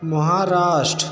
Maharashtra